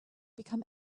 become